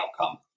outcome